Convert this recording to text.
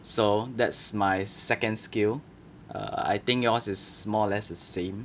so that's my second skill err I think yours is more or less the same